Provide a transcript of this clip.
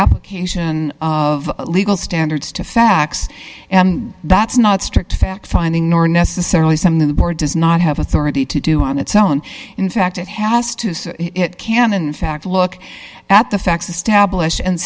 application of legal standards to facts and that's not strictly fact finding nor necessarily something the board does not have authority to do on its own in fact it has to say it can in fact look at the facts established and